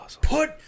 Put